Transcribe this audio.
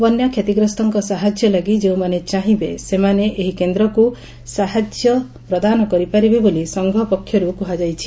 ବନ୍ୟା କ୍ଷତିଗ୍ରସ୍ତଙ୍କ ସାହାଯ୍ୟ ଲାଗି ଯେଉଁମାନେ ଚାହିବେ ସେମାନେ ଏହି କେନ୍ଦ୍ରକୁ ଯାଇ ସାହାଯ୍ୟ ପ୍ରଦାନ କରିପାରିବେ ବୋଲି ସଂଘ ପକ୍ଷର୍ କୁହାଯାଇଛି